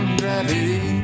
gravity